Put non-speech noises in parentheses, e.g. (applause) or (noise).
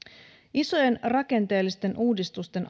isojen rakenteellisten uudistusten (unintelligible)